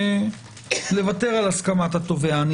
לוותר על הסכמת התובע.